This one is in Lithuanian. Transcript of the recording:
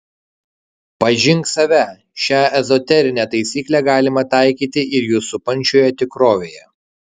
pažink save šią ezoterinę taisyklę galima taikyti ir jus supančioje tikrovėje